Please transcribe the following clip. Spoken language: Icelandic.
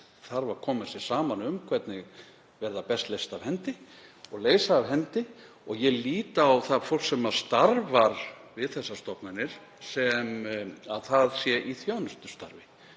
þarf að koma sér saman um hvernig verði best leyst af hendi og leysa af hendi. Ég lít svo á að fólk sem starfar við þessar stofnanir sé í þjónustustarfi